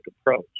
approach